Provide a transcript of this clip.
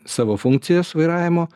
savo funkcijas vairavimo